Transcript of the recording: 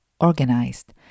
organized